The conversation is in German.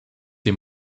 dem